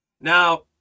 Now